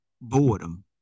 boredom